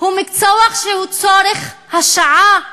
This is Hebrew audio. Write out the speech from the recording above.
הוא מקצוע שהוא צורך השעה.